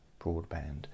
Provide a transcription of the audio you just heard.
broadband